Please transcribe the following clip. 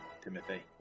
Timothy